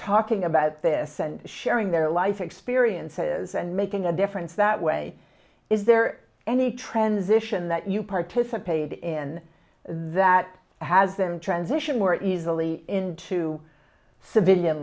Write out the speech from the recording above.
talking about this and sharing their life experiences and making a difference that way is there any transition that you participated in that has them transition more easily into civilian